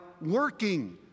working